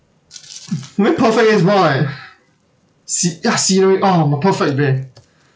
very perfect is by sce~ ya scenery oh my perfect day